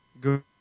Good